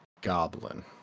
goblin